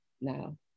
now